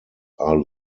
are